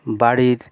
বাড়ির